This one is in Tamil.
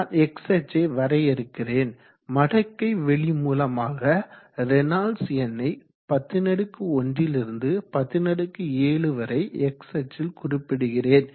நான் x அச்சை வரையறுக்கிறேன் மடக்கை வெளிமூலமாக ரேனால்ட்ஸ் எண்ணை 101 லிருந்து 107 வரை X அச்சில் குறிப்பிடுகிறேன்